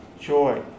joy